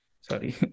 Sorry